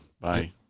Bye